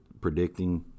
predicting